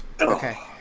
Okay